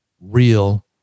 real